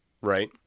right